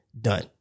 done